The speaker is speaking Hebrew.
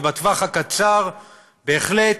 ובטווח הקצר בהחלט